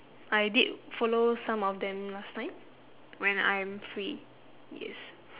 I did follow some of them last time when I am free yes